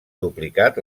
duplicat